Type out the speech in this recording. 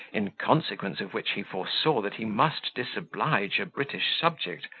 in consequence of which he foresaw that he must disoblige a british subject,